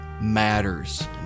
matters